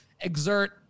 exert